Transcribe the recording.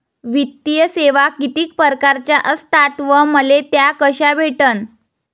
वित्तीय सेवा कितीक परकारच्या असतात व मले त्या कशा भेटन?